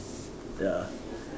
ya